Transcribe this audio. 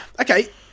okay